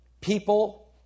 People